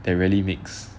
they're really mix